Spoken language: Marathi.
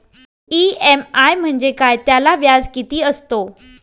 इ.एम.आय म्हणजे काय? त्याला व्याज किती असतो?